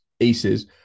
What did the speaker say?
Aces